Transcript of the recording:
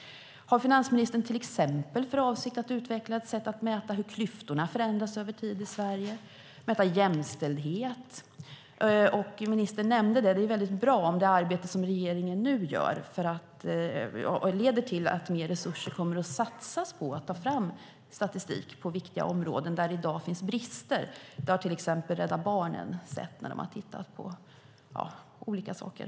Har finansministern till exempel för avsikt att utveckla ett sätt att mäta hur klyftorna förändras över tid i Sverige eller att mäta jämställdhet? Det är väldigt bra om det arbete som regeringen nu gör, som ministern nämnde, leder till att mer resurser kommer att satsas på att ta fram statistik på viktiga områden där det i dag finns brister, något som till exempel Rädda Barnen har sett.